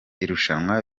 irushanwa